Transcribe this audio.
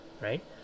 right